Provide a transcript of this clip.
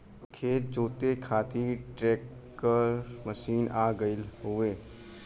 खेत जोते खातिर ट्रैकर मशीन आ गयल हउवे